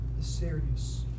serious